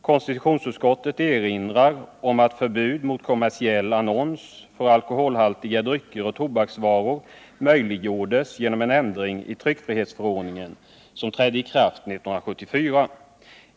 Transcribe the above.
Konstitutionsutskottet erinrar om att förbud mot kommersiell annons för alkoholhaltiga drycker och tobaksvaror möjliggjordes genom en ändring i tryckfrihetsförordningen som trädde i kraft 1974.